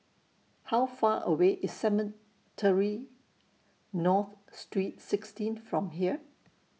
How Far away IS Cemetry North Street sixteen from here